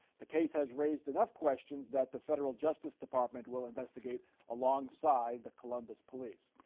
the case has raised enough questions that the federal justice department will investigate alongside the columbus police.